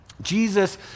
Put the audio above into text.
Jesus